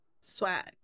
Swag